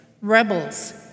rebels